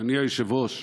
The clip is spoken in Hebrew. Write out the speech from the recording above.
אדוני היושב-ראש,